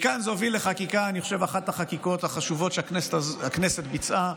מכאן זה הוביל לאחת החקיקות החשובות שהכנסת ביצעה,